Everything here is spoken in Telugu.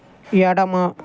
ఎడమ